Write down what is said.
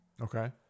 Okay